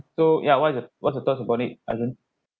so ya what is the what's the upon it